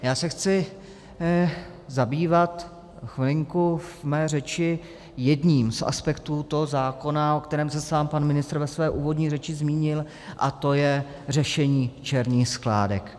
Já se chci zabývat chvilinku ve své řeči jedním z aspektů toho zákona, o kterém se sám pan ministr ve své úvodní řečí zmínil, a to je řešení černých skládek.